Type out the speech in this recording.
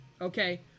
Okay